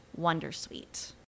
Wondersuite